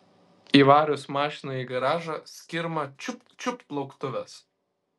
įvarius mašiną į garažą skirma čiupt čiupt lauktuvės